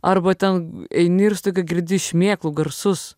arba ten eini ir staiga girdi šmėklų garsus